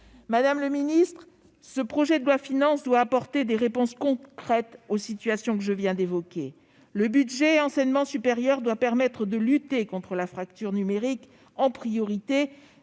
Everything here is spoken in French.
Madame la ministre, ce projet de loi de finances doit apporter des réponses concrètes aux situations que je viens d'évoquer. Le budget de l'enseignement supérieur doit permettre de lutter en priorité contre la fracture numérique. Donnons